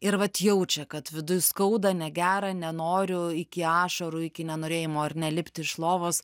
ir vat jaučia kad viduj skauda negera nenoriu iki ašarų iki nenorėjimo ar ne lipti iš lovos